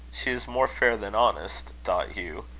she is more fair than honest, thought hugh.